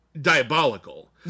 diabolical